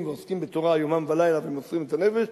ועוסקים בתורה יומם ולילה ומוסרים את הנפש,